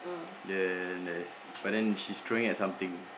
then there's but then she's throwing at something